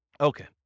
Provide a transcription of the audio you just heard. Okay